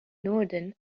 norden